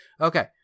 Okay